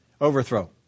Overthrow